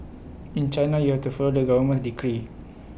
in China you have to follow government's decree